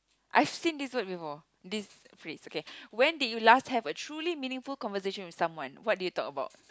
I've seen this word before this phrase okay when did you last have a truly meaningful conversation with someone what did you talk about